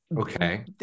Okay